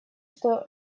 что